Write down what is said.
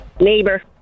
neighbor